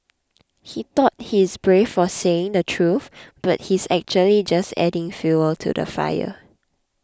he thought he's brave for saying the truth but he's actually just adding fuel to the fire